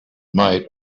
might